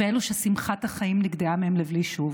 ואלו ששמחת החיים נגדעה מהם לבלי שוב,